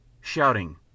shouting